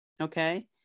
okay